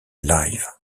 live